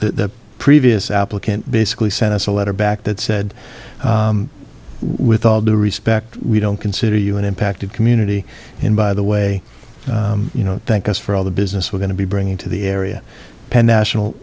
the previous applicant basically sent us a letter back that said with all due respect we don't consider you an impacted community and by the way you know thank us for all the business we're going to be bringing to the area and national